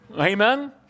Amen